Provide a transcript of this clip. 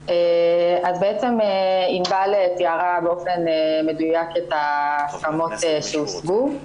אז בעצם ענבל תיארה באופן מדויק את ההסכמות שהושגו.